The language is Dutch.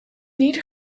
ieder